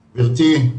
גברתי,